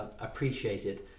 appreciated